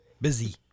busy